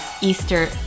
Easter